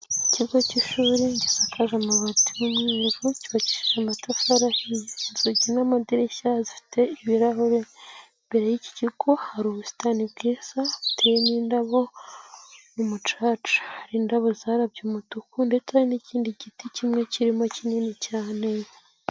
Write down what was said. Ikigo cy'ishuri gisakaje amabati y'umweru, cyubakishije amatafari ahiye, inzugi n'amadirishya zifite ibirahure. Imbere y'ikigo hari ubusitani bwiza buteyewe indabo n'umucaca. Hari indabo zarabye umutuku ndetse hari n'ikindi giti kimwe kirimo kinini cyane.